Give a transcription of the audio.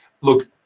look